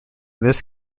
this